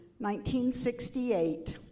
1968